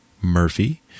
Murphy